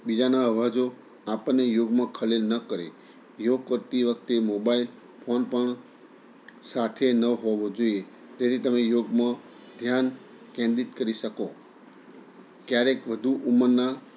બીજાના અવાજો આપણને યોગમાં ખલેલ ન કરે યોગ કરતી વખતે મોબાઈલ ફોન પણ સાથે ન હોવો જોઈએ તેથી તમે યોગમાં ધ્યાન કેન્દ્રિત કરી શકો ક્યારેક વધુ ઉંમરનાં